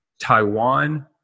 Taiwan